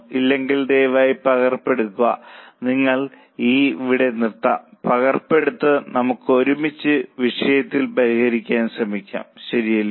ഇല്ലെങ്കിൽ ദയവായി പകർപ്പ് എടുക്കുക നിങ്ങൾക്ക് ഈ ഇവിടെ നിർത്താം പകർപ്പ് എടുത്ത് നമുക്ക് ഒരുമിച്ച് വിഷയങ്ങൾ പരിഹരിക്കാൻ ശ്രമിക്കാം ശരിയല്ലേ